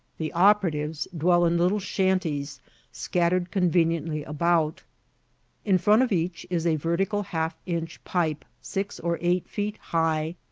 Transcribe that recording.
the operatives dwell in little shanties scattered conveniently about in front of each is a vertical half-inch pipe, six or eight feet high,